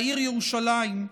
לעיר ירושלים,